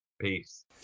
peace